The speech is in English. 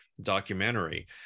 documentary